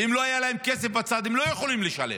ואם לא היה להם כסף בצד, הם לא היו יכולים לשלם.